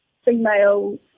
female